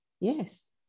Yes